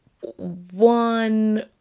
One